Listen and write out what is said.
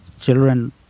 Children